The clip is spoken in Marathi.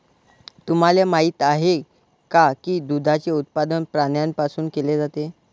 तुम्हाला माहित आहे का की दुधाचे उत्पादन प्राण्यांपासून केले जाते?